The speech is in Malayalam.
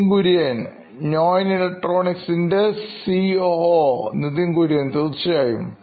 Nithin Kurian COO Knoin Electronics തീർച്ചയായും